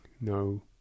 no